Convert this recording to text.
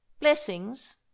Blessings